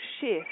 shift